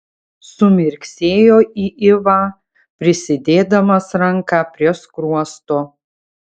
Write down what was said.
sumirksėjo į ivą prisidėdamas ranką prie skruosto